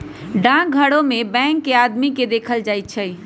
डाकघरो में बैंक के आदमी के देखल जाई छई